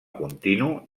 continu